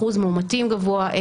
אחוז מאומתים גבוה,